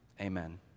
Amen